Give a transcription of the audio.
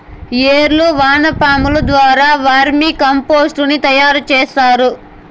ఏర్లు వానపాముల ద్వారా వర్మి కంపోస్టుని తయారు చేస్తారు